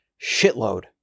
shitload